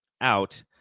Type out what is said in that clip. out